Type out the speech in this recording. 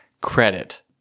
credit